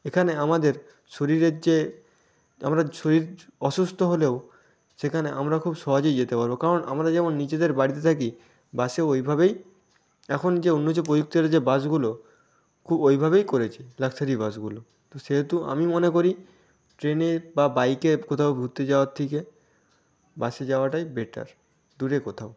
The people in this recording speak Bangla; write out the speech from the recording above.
এখানে আমাদের শরীরের যে আমরা শরীর অসুস্থ হলেও সেখানে আমরা খুব সহজেই যেতে পারব কারণ আমরা যেমন নিজেদের বাড়িতে থাকি বাসেও ওই ভাবেই এখন যে অন্য যে প্রযুক্তিওয়ালা যে বাসগুলো খুব ওই ভাবেই করেছে লাক্সারি বাসগুলো তো সেহেতু আমি মনে করি ট্রেনে বা বাইকে কোথাও ঘুরতে যাওয়ার থেকে বাসে যাওয়াটাই বেটার দূরে কোথাও